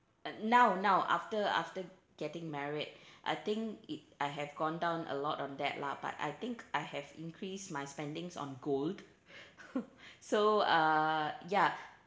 uh now now after after getting married I think it I have gone down a lot on that lah but I think I have increased my spendings on gold so uh ya